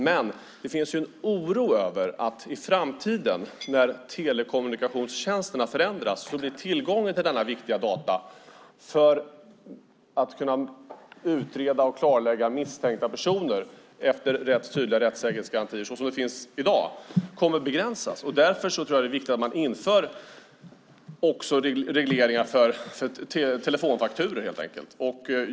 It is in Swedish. Men det finns också en oro för att tillgången till dessa viktiga data för att kunna utreda och klarlägga när det gäller misstänkta personer - efter rätt tydliga rättssäkerhetsgarantier, precis som finns i dag - begränsas i framtiden när telekommunikationstjänsterna förändras. Därför tror jag att det är viktigt att införa regleringar också för telefonfakturor helt enkelt.